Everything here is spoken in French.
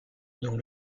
dont